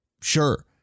sure